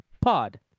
Pod